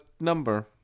number